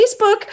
Facebook